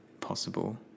possible